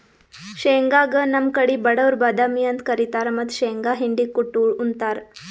ಶೇಂಗಾಗ್ ನಮ್ ಕಡಿ ಬಡವ್ರ್ ಬಾದಾಮಿ ಅಂತ್ ಕರಿತಾರ್ ಮತ್ತ್ ಶೇಂಗಾ ಹಿಂಡಿ ಕುಟ್ಟ್ ಉಂತಾರ್